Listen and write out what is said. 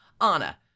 Anna